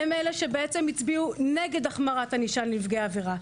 הן אלה שבעצם הצביעו נגד החמרת ענישה לנפגעי עבירה.